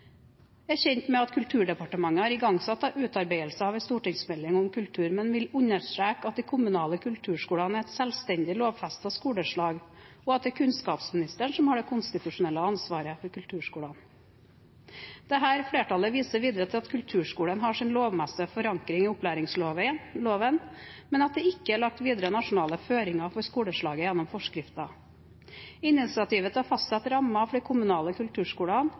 SV er kjent med at Kulturdepartementet har igangsatt utarbeidelse av en stortingsmelding om kultur, men vil understreke at de kommunale kulturskolene er et selvstendig, lovfestet skoleslag, og at det er kunnskapsministeren som har det konstitusjonelle ansvaret for kulturskolene. Dette flertallet viser videre til at kulturskolen har sin lovmessige forankring i opplæringsloven, men at det ikke er lagt videre nasjonale føringer for skoleslaget gjennom forskrifter. Initiativet til å fastsette rammer for de kommunale kulturskolene,